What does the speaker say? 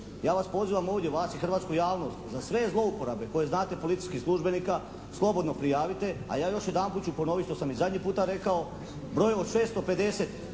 ja vas pozivam ovdje, vas i hrvatsku javnost, da sve zlouporabe koje znate policijskih službenika slobodno prijavite a ja ću još jedanput ponoviti, što sam i zadnji puta rekao, broj od 650